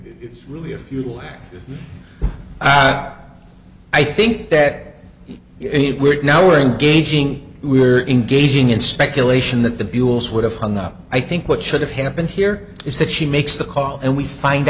it's really a fuel i think that we're now wearing gaging we are engaging in speculation that the buells would have hung up i think what should have happened here is that she makes the call and we find